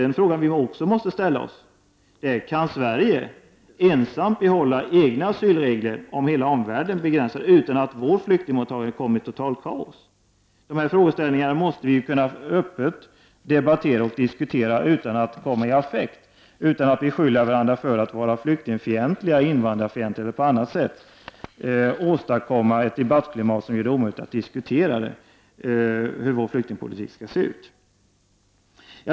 En fråga som vi också måste ställa oss är: Kan Sverige ensamt behålla egna asylregler, om hela omvärlden begränsar asylrätten, utan att vårt flyktingmottagande blir totalt kaos? Dessa frågeställningar måste vi öppet debattera och diskutera utan att vi kommer i affekt och utan att vi skyller varandra för att vara flyktingfient liga och invandrarfientliga och åstadkommer debattklimat som gör det omöjligt att diskutera hur vår flyktingpolitik skall se ut.